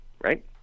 right